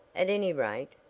at any rate,